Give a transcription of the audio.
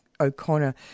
O'Connor